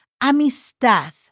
amistad